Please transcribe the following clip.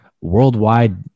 worldwide